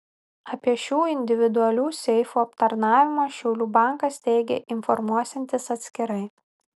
apie šių individualių seifų aptarnavimą šiaulių bankas teigia informuosiantis atskirai